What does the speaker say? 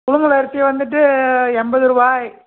புலுங்கலரிசி வந்துவிட்டு எண்பதுருவாய்